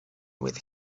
with